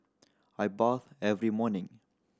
I bathe every morning